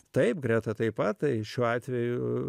taip greta taip pat tai šiuo atveju